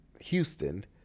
Houston